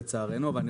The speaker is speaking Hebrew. שלצערנו לא מתקדמת.